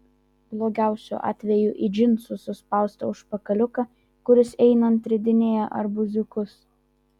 blogiausiu atveju į džinsų suspaustą užpakaliuką kuris einant ridinėja arbūziukus